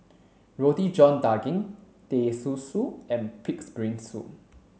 roti john daging teh susu and pig's brain soup